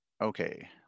okay